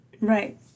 right